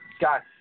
Got